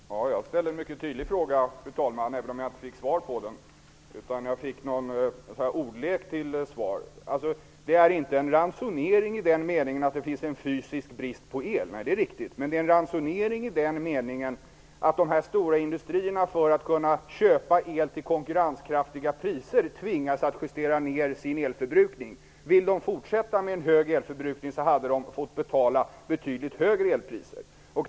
Fru talman! Jag ställde en mycket tydlig fråga, även om jag bara fick något slags ordlek till svar. Det är riktigt att det inte är någon ransonering i den meningen att det råder en fysisk brist på el, men det är en ransonering i den meningen att de stora industrierna för att kunna köpa el till konkurrenskraftiga priser tvingas att justera ned sin elförbrukning. Hade de velat fortsätta med en hög elförbrukning, skulle de ha fått betala betydligt högre elpriser.